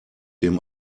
dem